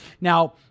Now